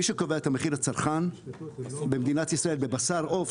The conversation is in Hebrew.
מי שקובע את המחיר לצרכן במדינת ישראל בבשר עוף,